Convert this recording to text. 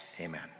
amen